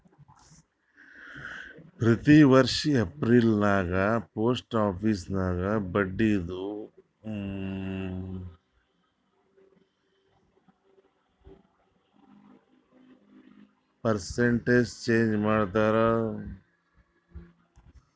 ಪ್ರತಿ ವರ್ಷ ಎಪ್ರಿಲ್ಗ ಪೋಸ್ಟ್ ಆಫೀಸ್ ನಾಗ್ ಬಡ್ಡಿದು ಪರ್ಸೆಂಟ್ ಚೇಂಜ್ ಮಾಡ್ತಾರ್